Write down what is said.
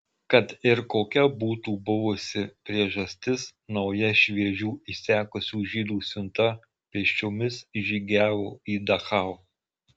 kad ir kokia būtų buvusi priežastis nauja šviežių išsekusių žydų siunta pėsčiomis žygiavo į dachau